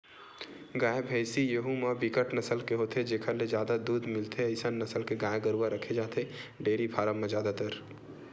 गाय, भइसी यहूँ म बिकट नसल के होथे जेखर ले जादा दूद मिलथे अइसन नसल के गाय गरुवा रखे जाथे डेयरी फारम म जादातर